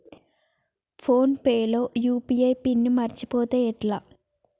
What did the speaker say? Phone pay లో UPI pin మరచిపోతే ఎట్లా?